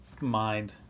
mind